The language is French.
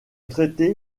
traité